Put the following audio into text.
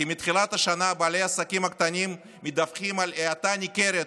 כי מתחילת השנה בעלי העסקים הקטנים מדווחים על האטה ניכרת,